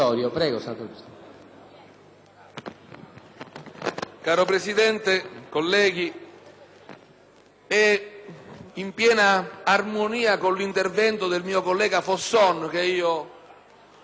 Signor Presidente, colleghi, è in piena armonia con l'intervento del collega Fosson che formulo quest'ultimo